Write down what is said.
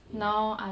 mm